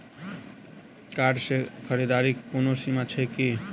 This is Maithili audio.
कार्ड सँ खरीददारीक कोनो सीमा छैक की?